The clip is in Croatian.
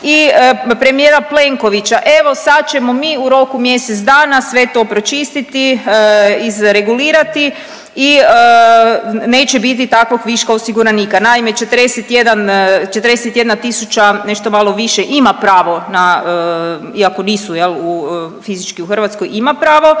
i premijera Plenkovića evo sad ćemo mi u roku mjesec dana sve to pročistiti, izregulirati i neće biti takovog viška osiguranika. Naime, 41, 41 tisuća nešto malo više ima pravo na iako nisu jel u fizički u Hrvatskoj ima pravo